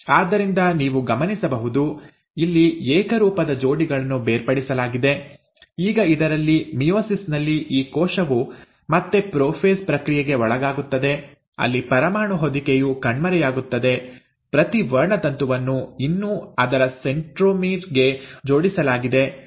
ಆದ್ದರಿಂದ ನೀವು ಗಮನಿಸಬಹುದು ಇಲ್ಲಿ ಏಕರೂಪದ ಜೋಡಿಗಳನ್ನು ಬೇರ್ಪಡಿಸಲಾಗಿದೆ ಈಗ ಇದರಲ್ಲಿ ಮಿಯೋಸಿಸ್ ನಲ್ಲಿ ಈ ಕೋಶವು ಮತ್ತೆ ಪ್ರೊಫೇಸ್ ಪ್ರಕ್ರಿಯೆಗೆ ಒಳಗಾಗುತ್ತದೆ ಅಲ್ಲಿ ಪರಮಾಣು ಹೊದಿಕೆಯು ಕಣ್ಮರೆಯಾಗುತ್ತದೆ ಪ್ರತಿ ವರ್ಣತಂತುವನ್ನು ಇನ್ನೂ ಅದರ ಸೆಂಟ್ರೊಮೀರ್ ಗೆ ಜೋಡಿಸಲಾಗಿದೆ